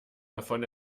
davon